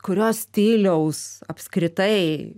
kurio stiliaus apskritai